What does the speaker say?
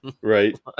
Right